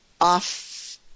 off